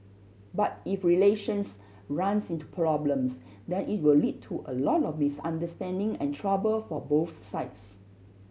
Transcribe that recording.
but if relations runs into problems then it will lead to a lot of misunderstanding and trouble for both sides